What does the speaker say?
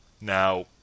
Now